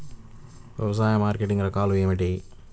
వ్యవసాయ మార్కెటింగ్ రకాలు ఏమిటి?